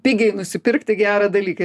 pigiai nusipirkti gerą dalyką